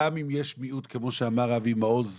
כמו שאמר אבי מעוז,